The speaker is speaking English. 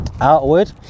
Outward